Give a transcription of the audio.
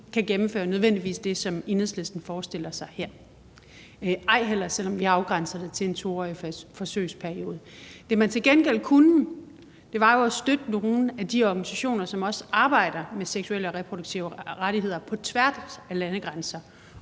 kan gennemføre det, som Enhedslisten her forestiller sig, ej heller, selv om vi har afgrænset det til en 2-årig forsøgsperiode. Det, man til gengæld kunne, var jo at støtte nogle af de organisationer, som også arbejder med seksuelle og reproduktive rettigheder på tværs af landegrænser,